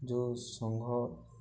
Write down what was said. ଯେଉଁ ସଂଘ